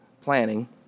planning